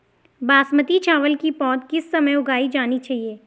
बासमती चावल की पौध किस समय उगाई जानी चाहिये?